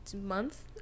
month